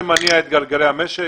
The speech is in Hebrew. זה מניע את גלגלי המשק,